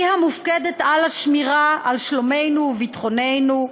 היא המופקדת על השמירה על שלומנו וביטחוננו,